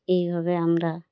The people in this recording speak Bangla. এইভাবে আমরা